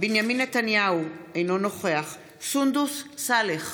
בנימין נתניהו, אינו נוכח סונדוס סאלח,